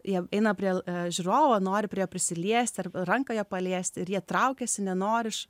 jie eina prie žiūrovo nori prie prisiliesti ar ranką jo paliesti ir jie traukiasi nenori